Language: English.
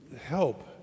help